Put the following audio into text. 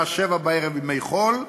לשעה 19:00 בימי חול,